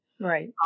right